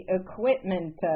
equipment